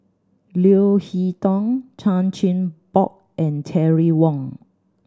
Leo Hee Tong Chan Chin Bock and Terry Wong